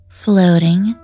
Floating